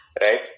right